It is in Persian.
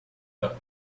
داد